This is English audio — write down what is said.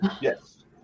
Yes